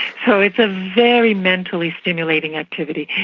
so it's a very mentally stimulating activity.